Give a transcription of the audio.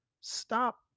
stop